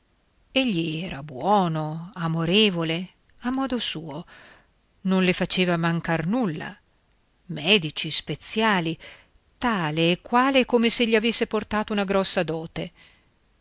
gesualdo egli era buono amorevole a modo suo non le faceva mancare nulla medici speziali tale e quale come se gli avesse portato una grossa dote